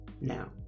now